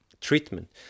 treatment